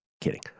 Kidding